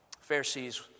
Pharisees